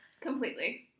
completely